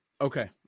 Okay